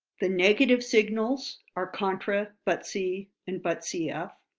the negative signals are contra, but see, and but cf.